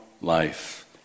life